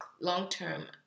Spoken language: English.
long-term